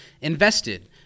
invested